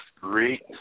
great